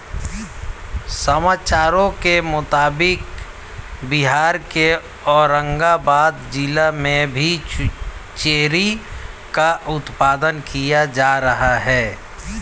समाचारों के मुताबिक बिहार के औरंगाबाद जिला में भी चेरी का उत्पादन किया जा रहा है